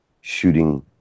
shooting